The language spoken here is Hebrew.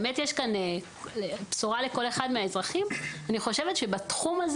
באמת יש כאן בשורה לכל אחד מהאזרחים אני חושבת שבתחום הזה